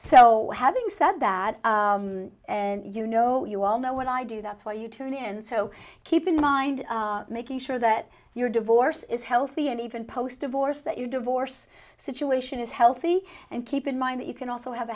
so having said that and you know you all know what i do that's why you tune in so keep in mind making sure that your divorce is healthy and even post divorce that your divorce situation is healthy and keep in mind that you can also have